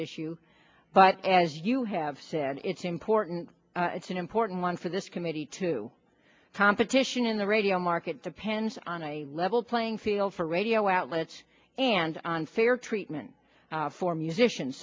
issue but as you have said it's important it's an important one for this committee to competition in the radio market depends on my level playing field for radio outlets and fair treatment for musicians